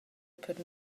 per